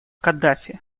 каддафи